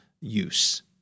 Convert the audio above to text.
use